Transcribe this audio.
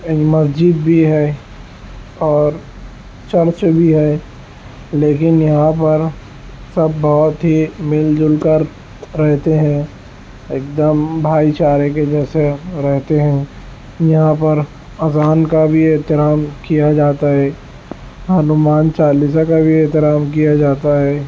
مسجد بھی ہے اور چرچ بھی ہیں لیکن یہاں پر سب بہت ہی مل جل کر رہتے ہیں ایک دم بھائی چارے کے جیسے رہتے ہیں یہاں پر اذان کا بھی احترام کیا جاتا ہے ہنومان چالیسا کا بھی احترام کیا جاتا ہے